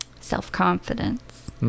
self-confidence